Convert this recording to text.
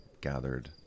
gathered